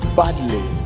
badly